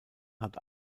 hat